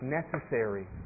necessary